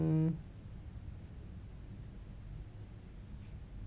mm